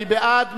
מי בעד?